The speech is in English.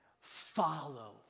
follow